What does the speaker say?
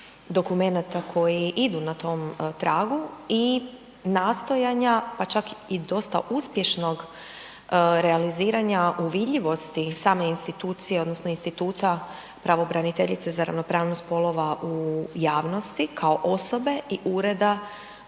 dokumenata koji idu na tom tragu i nastojanja, pa čak i dosta uspješnog realiziranja u vidljivosti same institucije odnosno instituta pravobraniteljice za ravnopravnost spolova u javnosti kao osobe i ureda